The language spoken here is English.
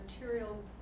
material